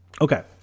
Okay